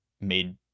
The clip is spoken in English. made